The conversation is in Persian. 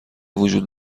وجود